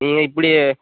ம் நீங்கள் இப்படி